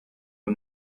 ubu